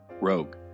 rogue